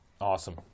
Awesome